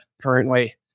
currently